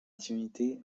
divinité